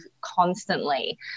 constantly